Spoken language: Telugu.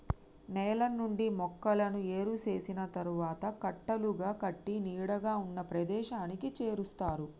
నేల నుండి మొక్కలను ఏరు చేసిన తరువాత కట్టలుగా కట్టి నీడగా ఉన్న ప్రదేశానికి చేరుస్తారు